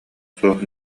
суох